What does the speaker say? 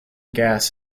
gas